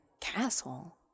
castle